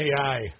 AI